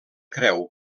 creu